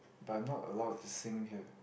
but I am not allowed to sing here